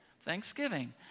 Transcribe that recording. thanksgiving